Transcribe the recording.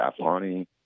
Afghani